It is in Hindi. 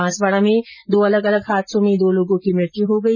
बांसवाडा में दो अलग अलग हादसों में दो लोगों की मौत हो गई